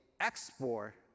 export